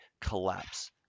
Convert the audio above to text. collapse